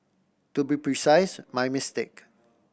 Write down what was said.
to be precise my mistake